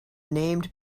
named